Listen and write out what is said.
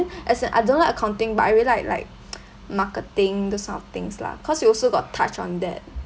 as in I don't like accounting but I really like like marketing this kind of things lah cause we also got touch on that